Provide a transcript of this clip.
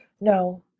no